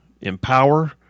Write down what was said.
empower